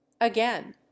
again